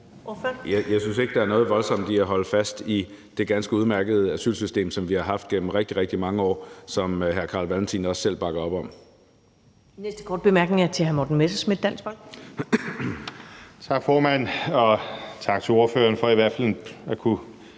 Jeg synes ikke, at der er noget voldsomt i at holde fast i det ganske udmærkede asylsystem, som vi har haft gennem rigtig mange år, og som hr. Carl Valentin også selv bakker op om.